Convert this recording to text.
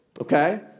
Okay